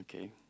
okay